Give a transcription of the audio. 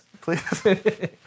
Please